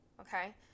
okay